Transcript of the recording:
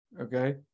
okay